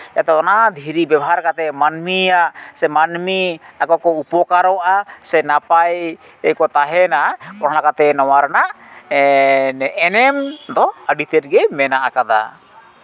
ᱟᱫᱚ ᱚᱱᱟ ᱫᱷᱤᱨᱤ ᱵᱮᱵᱚᱦᱟᱨ ᱠᱟᱛᱮᱫ ᱢᱟᱹᱱᱢᱤᱭᱟᱜ ᱥᱮ ᱢᱟᱹᱱᱢᱤ ᱟᱠᱚᱠᱚ ᱩᱯᱚᱠᱟᱨᱚᱜᱼᱟ ᱥᱮ ᱱᱟᱯᱟᱭ ᱛᱮᱠᱚ ᱛᱟᱦᱮᱱᱟ ᱚᱱᱟ ᱠᱷᱟᱹᱛᱤᱨ ᱱᱚᱣᱟ ᱨᱮᱱᱟᱜ ᱮᱱᱮᱢ ᱫᱚ ᱟᱹᱰᱤ ᱛᱮᱫ ᱜᱮ ᱢᱮᱱᱟᱜ ᱠᱟᱫᱟ